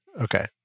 Okay